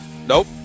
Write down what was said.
Nope